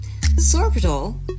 sorbitol